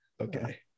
Okay